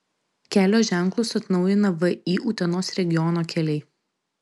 kelio ženklus atnaujina vį utenos regiono keliai